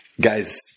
guys